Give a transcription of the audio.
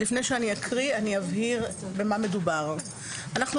לפני שאקריא אני אבהיר במה מדובר: אנחנו,